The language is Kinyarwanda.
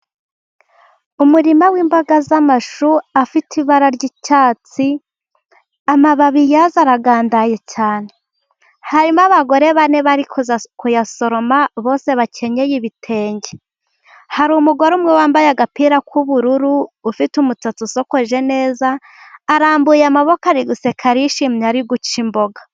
umurima w'imboga z'amashu afite ibara ry'icyatsi, amababi yazo aragandaye cyane. Harimo abagore bane bari kuyasoroma bose bakenyeye ibitenge. hari umugore umwe wambaye agapira k'ubururu, ufite umusatsi usokoje neza, arambuye amaboko ari guseka yishimye, ari guca imboga.